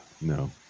No